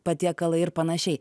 patiekalai ir panašiai